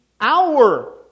hour